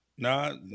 No